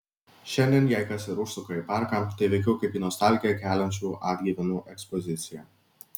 šiandien jei kas ir užsuka į parką tai veikiau kaip į nostalgiją keliančių atgyvenų ekspoziciją